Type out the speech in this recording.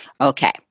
Okay